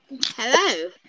hello